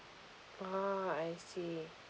oo I see